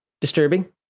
disturbing